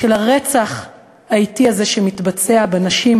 הרצח האטי הזה שמתבצע בנשים,